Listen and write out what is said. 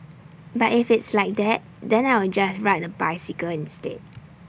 but if it's like that then I will just ride the bicycle instead